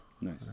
Nice